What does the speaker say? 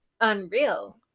unreal